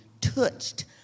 touched